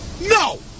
No